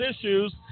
issues